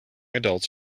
adults